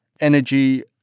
energy